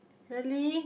really